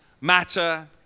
matter